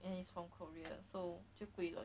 and it's from korea so 就贵了